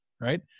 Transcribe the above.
right